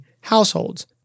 households